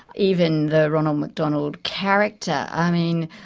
even the ronald mcdonald character. i mean,